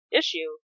issue